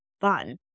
fun